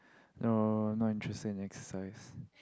no not interested in exercise